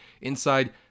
inside